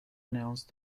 announced